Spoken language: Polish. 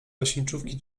leśniczówki